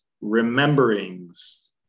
rememberings